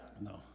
No